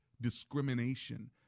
discrimination